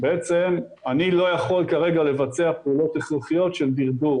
בעצם אני לא יכול כרגע לבצע פעולות הכרחיות של דרדור.